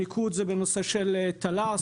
המיקוד הוא בנושא טל"ס,